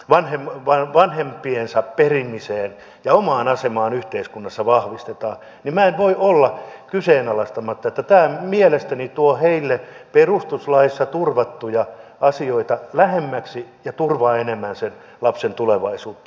vanhin war van hem pien vanhempiensa perimiseen ja omaan asemaan yhteiskunnassa vahvistetaan niin minä en voi kyseenalaistaa että tämä mielestäni tuo heille perustuslaissa turvattuja asioita lähemmäksi ja turvaa enemmän sen lapsen tulevaisuutta